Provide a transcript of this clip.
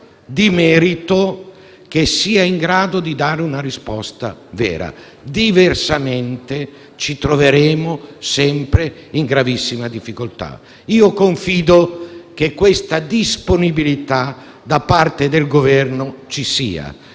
di merito che sia in grado di dare una risposta vera. Diversamente, ci troveremo sempre in gravissima difficoltà. Confido che questa disponibilità da parte del Governo ci sia